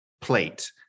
plate